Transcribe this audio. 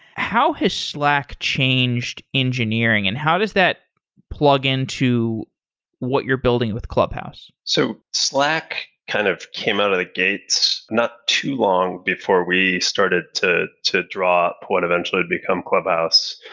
how has slack changed engineering and how does that plug into what you're building with clubhouse? so, slack kind of came out of the gate not too long before we started to to draw what eventually would become clubhouse.